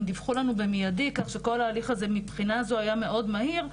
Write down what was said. הם דיווחו לנו במיידי כך שכל ההליך הזה מהבחינה הזו היה מאוד מהיר,